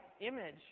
image